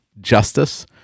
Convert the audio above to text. justice